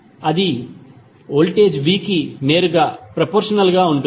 అది voltage v కి నేరుగా ప్రపొర్షనల్ గా ఉంటుంది